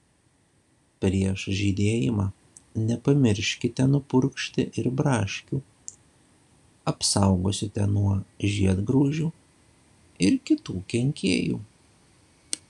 prieš žydėjimą nepamirškite nupurkšti ir braškių apsaugosite nuo žiedgraužių ir kitų kenkėjų